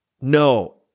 No